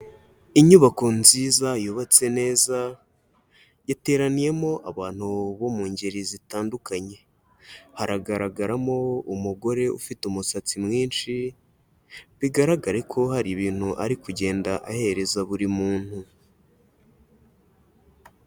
Inyubako nziza yubatse neza, yateraniyemo abantu bo mu ngeri zitandukanye, haragaragaramo umugore ufite umusatsi mwinshi, bigaragare ko hari ibintu ari kugenda ahereza buri muntu.